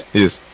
yes